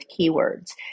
keywords